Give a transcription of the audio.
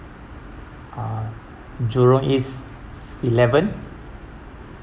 uh jurong east eleven